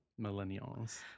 Millennials